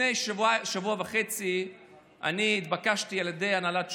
לפני שבוע וחצי אני התבקשתי על ידי הנהלת שובו,